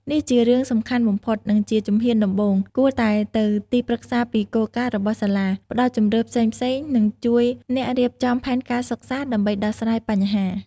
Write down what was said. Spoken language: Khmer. នេះជារឿងសំខាន់បំផុត និងជាជំហានដំបូង គួរតែទៅទីប្រឹក្សាពីគោលការណ៍របស់សាលា ផ្តល់ជម្រើសផ្សេងៗ និងជួយអ្នករៀបចំ ផែនការសិក្សាដើម្បីដោះស្រាយបញ្ហា។